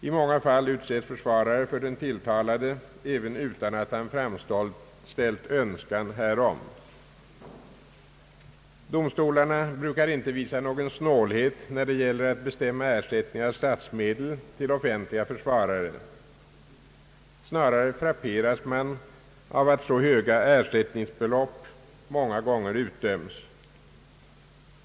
I många fall utses försvarare för den tilltalade utan att han framställt önskan härom. Domstolarna brukar inte visa någon snålhet när det gäller att bestämma ersättning av statsmedel till offentliga försvarare. Snarare frapperas man av att så höga ersättningsbelopp många gånger utdöms.